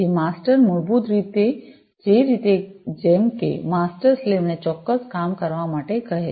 તેથી માસ્ટર્સ મૂળભૂત રીતે તે જ રીતે જેમ કે માસ્ટર સ્લેવને ચોક્કસ કામ કરવા માટે કહે છે